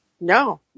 No